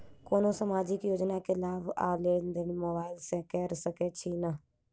कोनो सामाजिक योजना केँ लाभ आ लेनदेन मोबाइल सँ कैर सकै छिःना?